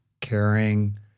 caring